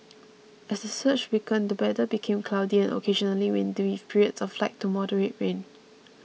as the surge weakened the weather became cloudy and occasionally windy with periods of light to moderate rain